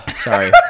Sorry